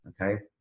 okay